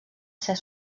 ser